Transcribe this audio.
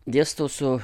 dėstau su